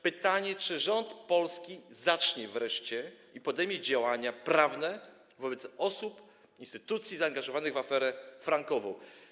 Pytanie: Czy polski rząd wreszcie podejmie działania prawne wobec osób, instytucji zaangażowanych w aferę frankową?